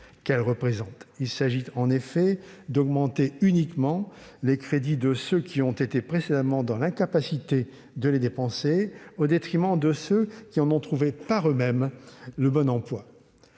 ». En effet, il s'agit d'augmenter uniquement les crédits de ceux qui ont été précédemment dans l'incapacité de les dépenser, au détriment de ceux qui en ont trouvé par eux-mêmes le bon emploi.